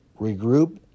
regroup